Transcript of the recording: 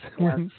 yes